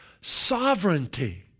sovereignty